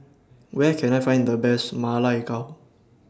Where Can I Find The Best Ma Lai Gao